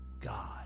God